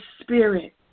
spirit